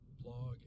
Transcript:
blog